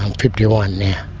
um fifty-one now.